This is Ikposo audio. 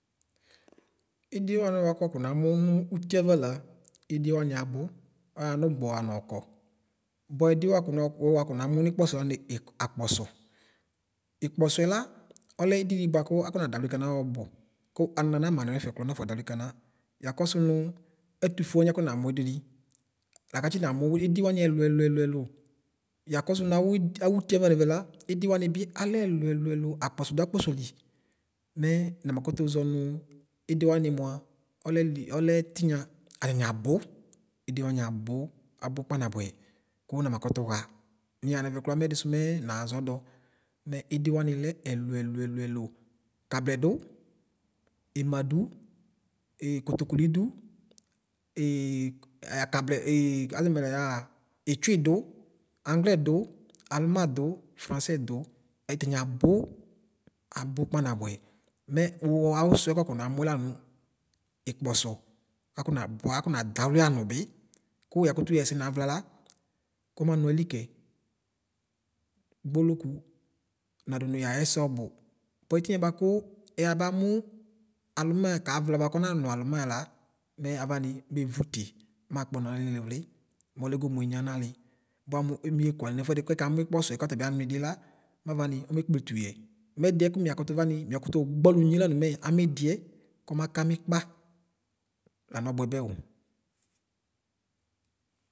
Idɩ wam kʋ wakɔ namʋ nʋ ɩtiava la ɩdɩ wam abʋ ɔyawa nʋ gbɔwa nʋ ɔkɔ bʋa ɛdɩɛ wakɔnɔ wakɔnamʋ nɩkpɔsɔ lanʋ ɩkpɔ apkɔsɔ ɩkpɔsɔ la ɔlɛ ɩdidi bʋakʋ akɔnadawlɩ kana ɔbʋ kʋ anʋna mama nɔ nɛfɛ kiʋa nafɔdawli kana yakɔsʋ nʋ ɛtʋfʋe wani akɔ namʋ ɩdidi lakʋ atsɩ namʋ ɩdi wanɩ ɛlʋ ɛlʋ ɛlʋ yakɔsi ni aurdi awʋtie ava nɛvɛla ɩdi wanɩ bialɛ ɛlʋ ɛlʋ ɛlʋ akpɔsɔ dʋ akpɔsɔli mɛ nama kʋtʋ ʒɔnʋ ɩdi wanɩ mva ɔlɛlɩ ɔlɛtinya atani abʋ ɩdi wanɩ abʋ abʋ kpaa nabʋɛ kʋ wʋnama kʋtʋxa nɩyaxa nɛvɛ klʋa mɛ naʒɔdɔ mɛ ɩdi wanɩ lɛ ɛlʋ ɛlʋ ɛlʋ kablɛ dʋ ema dʋ e kotokoli dʋ akablɛ aʒɔɛnʋ mɛ layɛa ɩtsʋi dʋ anglɛ dʋ almadʋ fransɛ dʋ atani abʋ abʋ kpaa nabʋɛ mʋ wʋ awʋsʋɛ kʋ wakɔ namʋɛ lanʋ ɩkpɔsɔ kakɔ nabʋ akɔnadawle anʋ bi kʋ yakʋtʋ xɛsɛ navla la kɔmanʋ ayɩli kɛ gbʋlokʋ nadʋ nʋ yaxɛsɛ ɔbʋ bʋa ɩtimiɛ bʋakʋ ayabamʋ alma kavla bʋakɔnanʋ alma la mɛ avani mevʋtɩ makpʋna niliʋli mɔlɛ goo nʋ enya nali bʋa mʋ mɩekʋalɛ nɛfʋɛdi kɛkamʋ ɩkpɔsɔɛ kɔtabɩ anʋ ɩdɩla mavanɩ ɔmekple mɛdɩɛ kʋ malʋtʋ ʋanɩ makʋtʋ ɔbgɔ alʋ nyie lanʋ mɛ amidɩɛ kɔmakamɩ ɩkpa lanɔbʋɛbɛo.